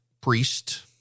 priest